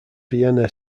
vienna